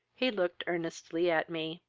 he looked earnestly at me.